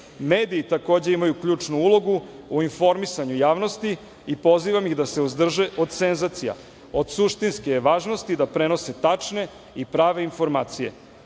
takođe, imaju ključnu ulogu u informisanju javnosti i pozivam ih da se uzdrže od senzacija. Od suštinske je važnosti da prenose tačne i prave informacije. Politizacija